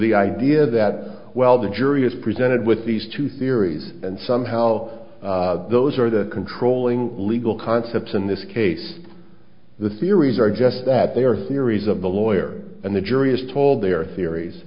the idea that well the jury is presented with these two theories and somehow those are the controlling legal concepts in this case the theories are just that they are theories of the lawyer and the jury is told there are theories